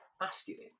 masculine